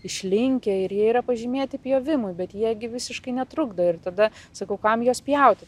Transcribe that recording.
išlinkę ir jie yra pažymėti pjovimui bet jie gi visiškai netrukdo ir tada sakau kam juos pjauti